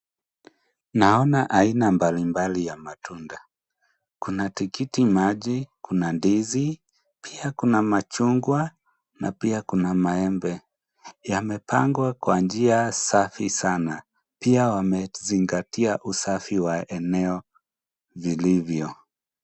Naona aina mbalimbali ya matunda. Kuna tikiti maji, kuna ndizi, pia kuna machungwa na pia kuna maembe. Yamepangwa kwa njia safi sana. Pia wamezingatia usafi wa eneo vilivyo.